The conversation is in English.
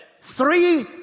three